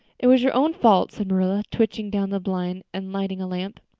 it was your own fault, said marilla, twitching down the blind and lighting a lamp.